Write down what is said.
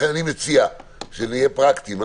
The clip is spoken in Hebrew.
לכן אני מציע שנהיה פרקטיים.